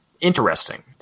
interesting